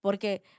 Porque